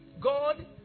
God